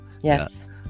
Yes